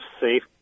safe